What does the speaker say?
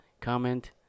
Comment